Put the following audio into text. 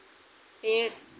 पेड़